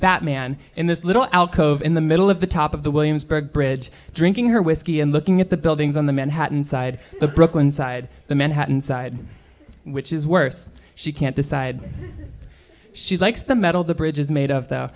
batman in this little alcove in the middle of the top of the williamsburg bridge drinking her whiskey and looking at the buildings on the manhattan side of brooklyn side the manhattan side which is worse she can't decide she likes the metal the bridge is made of th